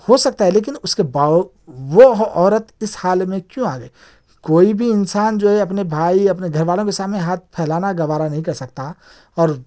ہو سکتا ہے لیکن اُس با وہ عورت اِس حال میں کیوں آگئی کوئی بھی انسان جی ہے اپنے بھائی اپنے گھر والوں کے سامنے ہاتھ پھیلانہ گوارہ نہیں کرسکتا اور